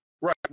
Right